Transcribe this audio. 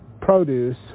produce